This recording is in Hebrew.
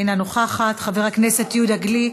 אינה נוכחת, חבר הכנסת יהודה גליק,